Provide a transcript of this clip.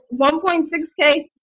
1.6k